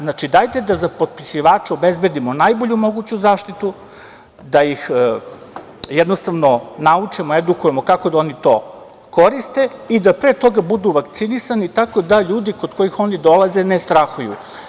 Znači, dajte da za popisivače obezbedimo najbolju moguću zaštitu, da ih naučimo, edukujemo kako da oni to koriste i da pre toga budu vakcinisani tako da ljudi kod kojih oni dolaze ne strahuju.